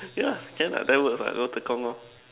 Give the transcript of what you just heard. yeah can ah that one works what go Tekong lor